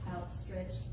outstretched